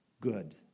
good